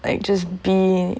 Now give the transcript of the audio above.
like just be